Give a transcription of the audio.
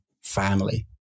family